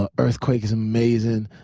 ah earthquake is amazing.